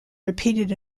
repeated